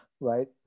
right